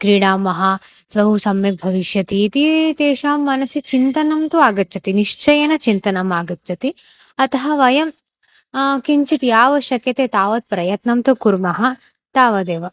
क्रीडामः स्वौ सम्यक् भविष्यति इति तेषां मनसि चिन्तनं तु आगच्छति निश्चयेन चिन्तनम् आगच्छति अतः वयं किञ्चित् यावच्छक्यते तावत् प्रयत्नं तु कुर्मः तावदेव